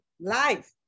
life